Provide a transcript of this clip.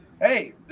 hey